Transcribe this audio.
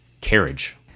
carriage